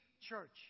church